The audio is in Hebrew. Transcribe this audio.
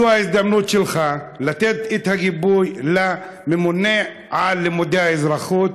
זו ההזדמנות שלך לתת את הגיבוי לממונה על לימודי האזרחות,